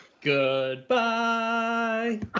Goodbye